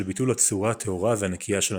ביטול הצורה הטהורה והנקייה של המבנה.